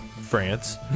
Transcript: france